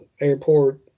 airport